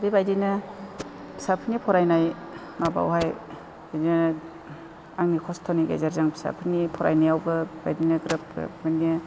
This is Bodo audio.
बेबायदिनो फिसाफोरनि फरायनाय माबायावहाय बिदिनो आंनि खस्थ'नि गेजेरजों फिसाफोरनि फरायनायावबो बेबायदिनो ग्रोब ग्रोब बेबायदिनो